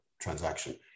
transaction